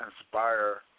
inspire